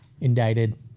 Indicted